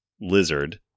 Lizard